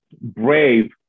brave